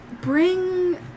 bring